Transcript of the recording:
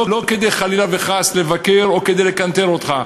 לא חלילה וחס כדי לבקר או כדי לקנטר אותך.